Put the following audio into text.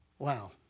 Wow